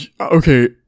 okay